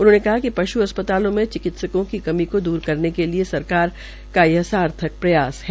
उन्होंने कहा कि पश् अस्पतालों में चिकित्सकों की कमी को दूर करने के लिये सरकार ने यह सार्थक प्रयास है